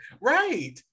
Right